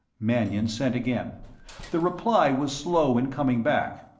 mannion sent again the reply was slow in coming back.